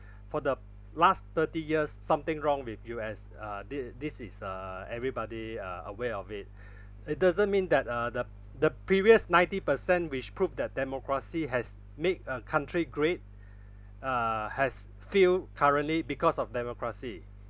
for the last thirty years something wrong with U_S uh this i~ this is err everybody uh aware of it it doesn't mean that uh the the previous ninety percent which prove that democracy has made a country great uh has failed currently because of democracy